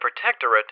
Protectorate